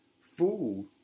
food